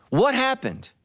what happened?